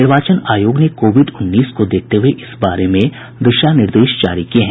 निर्वाचन आयोग ने कोविड उन्नीस को देखते हुए इस बारे में दिशानिर्देश जारी किए हैं